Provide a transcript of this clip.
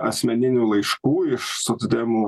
asmeninių laiškų iš socdemų